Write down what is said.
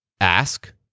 Ask